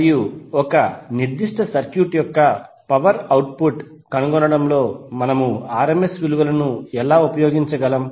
మరియు ఒక నిర్దిష్ట సర్క్యూట్ యొక్క పవర్ అవుట్పుట్ కనుగొనడంలో మనము RMS విలువలను ఎలా ఉపయోగించగలం